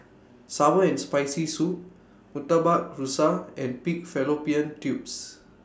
Sour and Spicy Soup Murtabak Rusa and Pig Fallopian Tubes